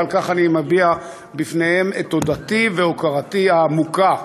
ועל כך אני מביע בפניהם את תודתי והוקרתי העמוקה.